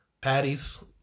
Patties